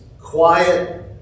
quiet